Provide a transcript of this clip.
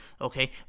Okay